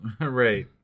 Right